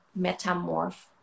metamorph